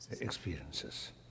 experiences